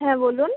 হ্যাঁ বলুন